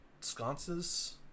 sconces